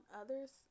others